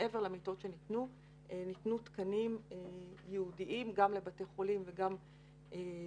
ניתנו תקנים ייעודיים גם לבתי חולים וגם לקהילה.